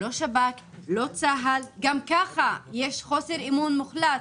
לא שב"כ, לא צה"ל, גם כך יש חוסר אמון מוחלט